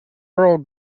earl